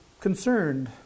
concerned